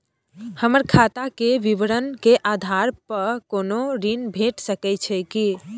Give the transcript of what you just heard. हमर खाता के विवरण के आधार प कोनो ऋण भेट सकै छै की?